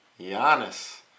Giannis